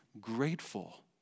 grateful